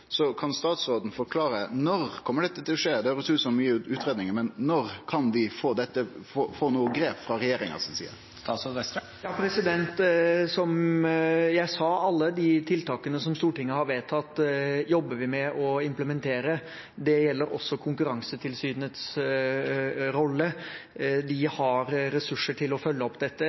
Kan statsråden forklare når dette kjem til å skje? Det høyrest ut som mykje utgreiingar, men når kan vi få nokre grep frå regjeringa si side? Som jeg sa: Alle de tiltakene Stortinget har vedtatt, jobber vi med å implementere. Det gjelder også Konkurransetilsynets rolle. De har ressurser til å følge opp dette,